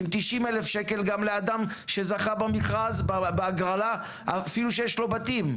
עם 90,000 שקלים גם לאדם שזכה בהגרלה אפילו שיש לו בתים.